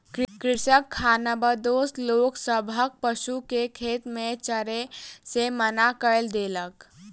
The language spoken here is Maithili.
कृषक खानाबदोश लोक सभक पशु के खेत में चरै से मना कय देलक